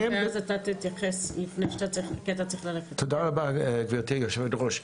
תודה רבה גברתי יושבת הראש.